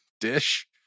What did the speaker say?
dish